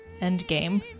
Endgame